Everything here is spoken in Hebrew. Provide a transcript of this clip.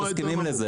הם מסכימים לזה.